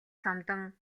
самдан